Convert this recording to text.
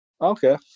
Okay